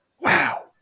Wow